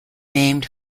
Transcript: named